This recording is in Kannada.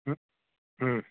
ಹ್ಞು ಹ್ಞೂ